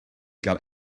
gael